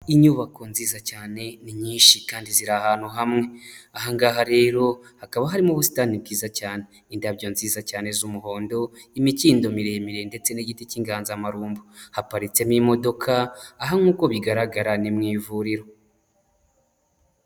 Inyubako nziza cyane ni nyinshi kandi ziri ahantu hamwe, aha ngaha rero hakaba harimo ubusitani bwiza cyane, indabyo nziza cyane z'umuhondo, imikindo miremire ndetse n'igiti cy'inganzamarumbo, haparitsemo imodoka aha nk'uko bigaragara ni mu ivuriro.